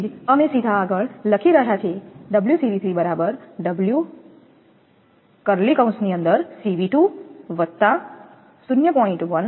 તેથી જ અમે સીધા આગળ લખી રહ્યા છીએ 𝜔𝐶𝑉3 બરાબર 𝜔𝐶𝑉2 0